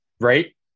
Right